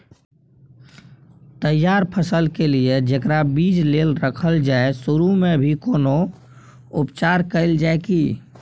तैयार फसल के लिए जेकरा बीज लेल रखल जाय सुरू मे भी कोनो उपचार कैल जाय की?